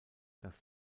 das